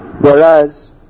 whereas